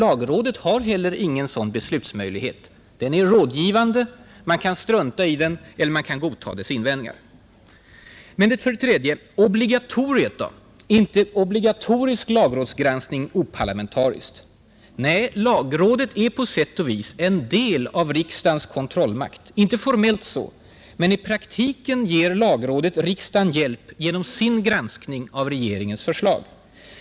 Lagrådet har inte någon sådan beslutsmöjlighet. Lagrådet är rådgivande. Man kan strunta i det eller godta dess invändningar. Men obligatoriet då? Är inte obligatorisk lagrådsgranskning oparlamentarisk? Nej, lagrådet är på sätt och vis en del av riksdagens kontrollmakt. Inte formellt — men i praktiken ger lagrådet riksdagen hjälp genom sin granskning av regeringens förslag.